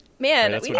Man